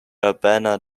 urbana